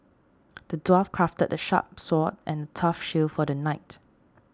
the dwarf crafted a sharp sword and a tough shield for the knight